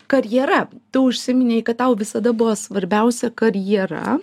karjera tu užsiminei kad tau visada buvo svarbiausia karjera